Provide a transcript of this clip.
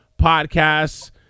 podcasts